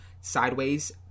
sideways